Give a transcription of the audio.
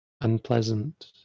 unpleasant